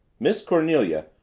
miss cornelia,